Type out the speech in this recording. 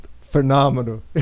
Phenomenal